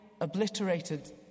obliterated